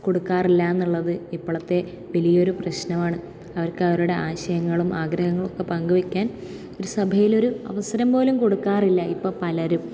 കൊടുക്കാറില്ല എന്നുള്ളത് ഇപ്പളത്തെ വലിയൊരു പ്രശ്നമാണ് അവർക്കവരുടെ ആശയങ്ങളും ആഗ്രഹങ്ങളുമൊക്കെ പങ്ക് വയ്ക്കാൻ ഒരു സഭയിലൊരു അവസരം പോലും കൊടുക്കാറില്ല ഇപ്പം പലരും